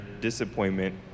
disappointment